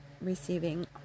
receiving